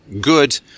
good